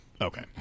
Okay